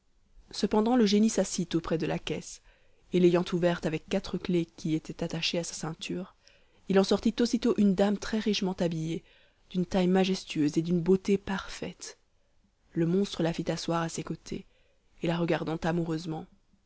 cependant le génie s'assit auprès de la caisse et l'ayant ouverte avec quatre clefs qui étaient attachées à sa ceinture il en sortit aussitôt une dame très richement habillée d'une taille majestueuse et d'une beauté parfaite le monstre la fit asseoir à ses côtés et la regardant amoureusement